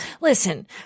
listen